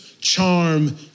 charm